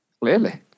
Clearly